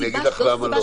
אני אגיד לך למה לא.